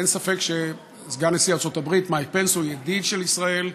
אין ספק שסגן נשיא ארצות הברית מייק פנס הוא ידיד של ישראל,